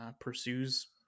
pursues